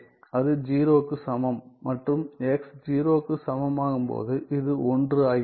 அது 0 க்கு சமம் மற்றும் x 0 க்கு சமமாகும்போது இது 1 ஆகிறது